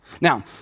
Now